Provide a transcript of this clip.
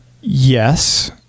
Yes